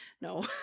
no